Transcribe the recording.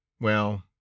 Well